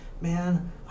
man